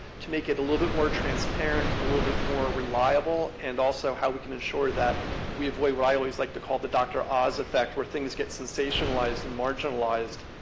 to make it a little bit more transparent, a little bit more reliable, and also how we can ensure that we avoid what i always like to call the dr. oz effect, where things get sensationalized and marginalized,